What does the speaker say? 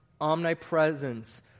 omnipresence